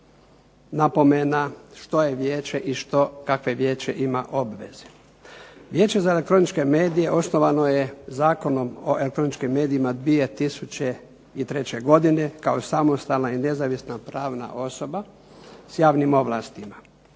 napomena što je vijeće i kakve vijeće ima obveze. Vijeće za elektroničke medije osnovano je Zakonom o elektroničkim medijima 2003. godine kao samostalna i nezavisna pravna osoba s javnim ovlastima.